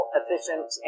efficient